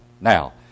Now